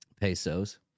pesos